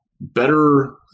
Better